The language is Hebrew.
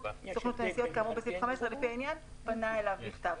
סוכנות הנסיעות כאמור בסעיף 15 לפי העניין פנה אליו בכתב.